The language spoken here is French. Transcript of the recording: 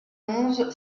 onze